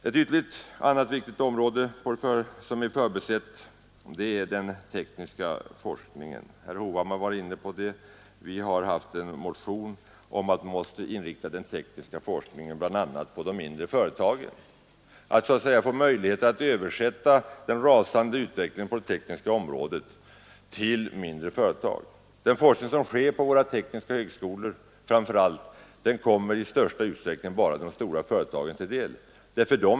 Ett annat, ytterligt viktigt område som är förbisett är den tekniska forskningen; herr Hovhammar var inne på den saken. Vi har haft en motion om att man måste inrikta den tekniska forskningen bl.a. på de mindre företagen, att man måste skapa möjligheter att så att säga överföra den rasande utvecklingen på det tekniska området till mindre företag. Den forskning som sker, framför allt på våra tekniska högskolor, kommer i största utsträckning bara de stora företagen till del.